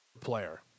Player